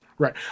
Right